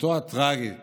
עוצמתו הטרגית